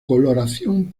coloración